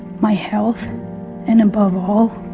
my health and above all,